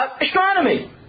astronomy